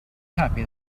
happy